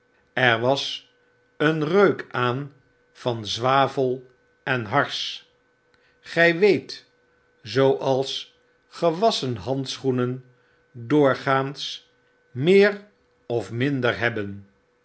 er was een reuk aan van zwavel en hars gy weet zooals gewasschen handschoenen doorgaans meer of minder hebben